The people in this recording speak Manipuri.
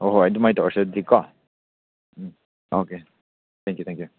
ꯍꯣꯏ ꯍꯣꯏ ꯑꯗꯨꯃꯥꯏ ꯇꯧꯔꯁꯦ ꯑꯗꯨꯗꯤꯀꯣ um okay thank you thank U